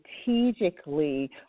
strategically